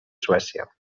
suècia